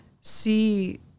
see